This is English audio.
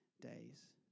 days